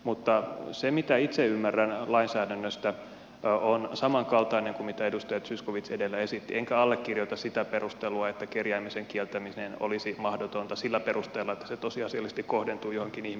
mutta se mitä itse ymmärrän lainsäädännöstä on samankaltaista kuin mitä edustaja zyskowicz edellä esitti enkä allekirjoita sitä perustelua että kerjäämisen kieltäminen olisi mahdotonta sillä perusteella että se tosiasiallisesti kohdentuu johonkin ihmisryhmään